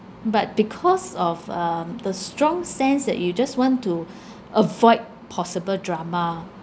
but because of um the strong sense that you just want to avoid possible drama